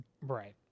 Right